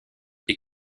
est